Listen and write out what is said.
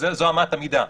זאת אמת המידה.